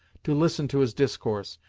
to listen to his discourse,